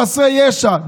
בחסרי ישע.